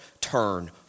turn